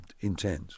intense